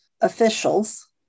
officials